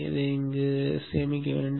கோப்பை சேமிக்கவும்